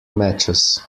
matches